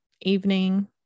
evening